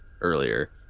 earlier